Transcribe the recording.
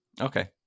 Okay